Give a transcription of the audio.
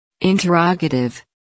Interrogative